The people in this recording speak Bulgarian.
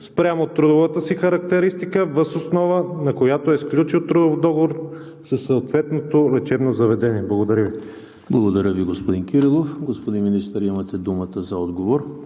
според трудовата си характеристика, въз основа на която е сключен трудов договор със съответното лечебно заведение? Благодаря Ви. ПРЕДСЕДАТЕЛ ЕМИЛ ХРИСТОВ: Благодаря Ви, господин Кирилов. Господин Министър, имате думата за отговор.